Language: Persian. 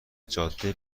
جاده